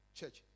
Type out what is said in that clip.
Church